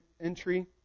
entry